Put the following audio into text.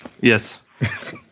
Yes